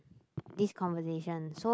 this conversation so